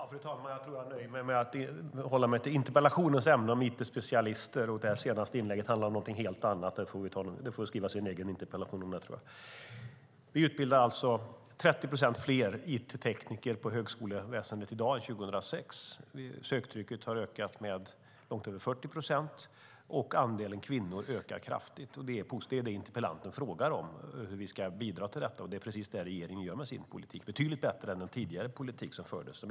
Fru talman! Jag tror att jag nöjer mig med att hålla mig till interpellationens ämne, det vill säga it-specialister. Det senaste inlägget handlade om någonting helt annat. Det får skrivas en egen interpellation om det. Vi utbildar alltså 30 procent fler it-tekniker inom högskoleväsendet i dag jämfört med 2006. Söktrycket har ökat med omkring 40 procent, och andelen kvinnor ökar kraftigt. Det är positivt, och det är precis det interpellanten frågar om - hur vi ska bidra till detta. Det är just vad regeringen gör med sin politik, och vi gör det betydligt bättre än den tidigare politik som fördes.